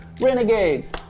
Renegades